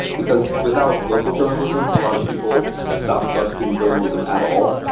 because without local journalism, a lot of people stop trusting journalism at all.